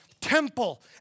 temple